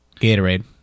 Gatorade